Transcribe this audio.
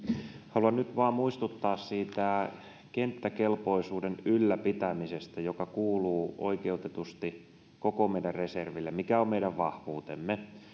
haluan nyt vain muistuttaa kenttäkelpoisuuden ylläpitämisestä joka kuuluu oikeutetusti koko meidän reservillemme mikä on meidän vahvuutemme